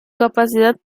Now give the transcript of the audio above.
capacidad